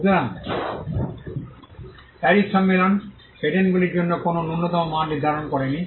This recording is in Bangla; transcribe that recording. সুতরাং প্যারিস সম্মেলন পেটেন্টগুলির জন্য কোনও ন্যূনতম মান নির্ধারণ করে নি